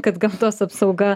kad gamtos apsauga